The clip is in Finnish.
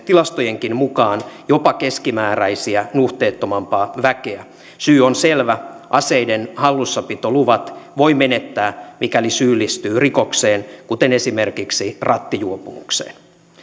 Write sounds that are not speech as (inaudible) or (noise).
(unintelligible) tilastojenkin mukaan jopa keskimääräistä nuhteettomampaa väkeä syy on selvä aseiden hallussapitoluvat voi menettää mikäli syyllistyy rikokseen kuten esimerkiksi rattijuopumukseen